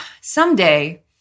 someday